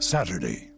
Saturday